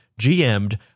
GM'd